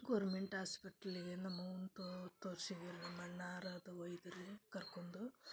government ಆಸ್ಪೆಟ್ಲಿಗೆ ನಮ್ಮ ಅವ್ವನ ತೋರ್ಸೀವಿ ನಮ್ಮಣ್ಣಾರ ಅದು ಒಯ್ದು ರೀ ಕರ್ಕೊಂದು